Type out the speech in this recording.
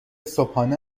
صبحانه